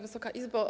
Wysoka Izbo!